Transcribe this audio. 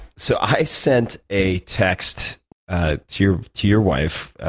so i sent a text ah to your to your wife,